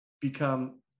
become